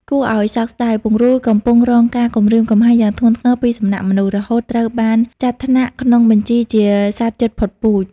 គួរឲ្យសោកស្ដាយ ពង្រូលកំពុងរងការគំរាមកំហែងយ៉ាងធ្ងន់ធ្ងរពីសំណាក់មនុស្ស រហូតត្រូវបានចាត់ថ្នាក់ក្នុងបញ្ជីជាសត្វជិតផុតពូជ។